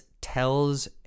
tells